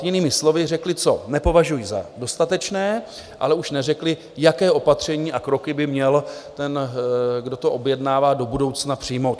Jinými slovy řekly, co nepovažují za dostatečné, ale už neřekly, jaké opatření by měl ten, kdo to objednává, do budoucna přijmout.